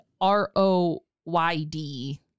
R-O-Y-D